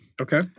Okay